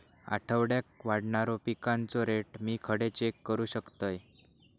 आठवड्याक वाढणारो पिकांचो रेट मी खडे चेक करू शकतय?